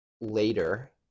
later